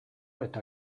eta